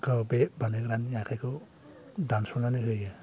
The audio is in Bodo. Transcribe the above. गाव बे बानायग्रानि आखायखौ दानस'नानै होयो